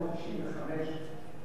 הסתיים הדיון בוועדה,